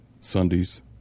Sundays